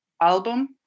album